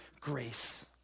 grace